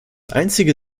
einzige